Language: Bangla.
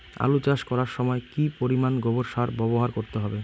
আলু চাষ করার সময় কি পরিমাণ গোবর সার ব্যবহার করতে হবে?